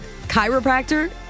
chiropractor